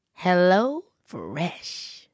HelloFresh